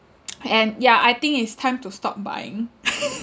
and ya I think it's time to stop buying